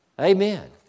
Amen